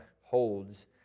holds